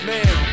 Man